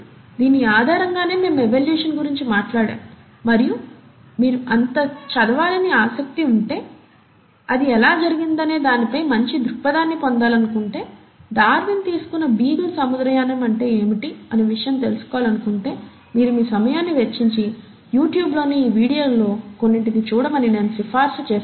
దాని ఆధారంగానే మేము ఎవల్యూషన్ గురించి మాట్లాడాము మరియు మీకు మరింత చదవాలని ఆసక్తి అంటే అది ఎలా జరిగిందనే దానిపై మంచి దృక్పథాన్ని పొందాలనుకుంటే డార్విన్ తీసుకున్న బీగల్ సముద్రయానం అంటే ఏమిటి అని తెలుసుకోవాలనుకుంటే మీరు మీ సమయాన్ని వెచ్చించి యూ ట్యూబ్లోని ఈ వీడియోలలో కొన్నింటిని చూడమని నేను సిఫార్సు చేస్తున్నాను